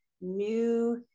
new